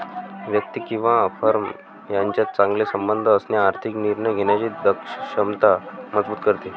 व्यक्ती किंवा फर्म यांच्यात चांगले संबंध असणे आर्थिक निर्णय घेण्याची क्षमता मजबूत करते